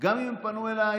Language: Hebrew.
גם אם הן פנו אליי,